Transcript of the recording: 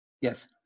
Yes